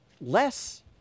less